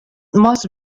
must